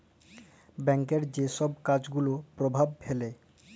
ব্যাংকের যে ছব কাজ গুলা পরভাব ফেলে